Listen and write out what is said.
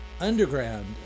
underground